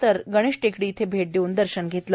तसेच गणेश टेकडी येथे भेट देऊन दर्शन घेतले